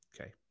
Okay